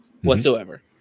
whatsoever